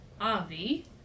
Avi